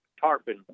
tarpon